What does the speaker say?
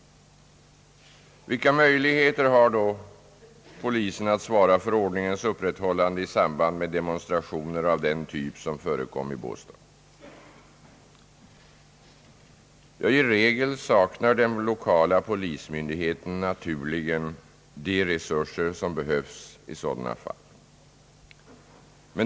Vilka möjligheter har då polisen att svara för ordningens upprätthållande i samband med demonstrationer av den typ som förekom i Båstad? Om det får jag säga följande. I regel saknar den lokala polismyndigheten naturligen de resurser som behövs i sådana fall.